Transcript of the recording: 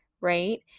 right